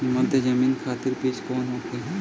मध्य जमीन खातिर बीज कौन होखे?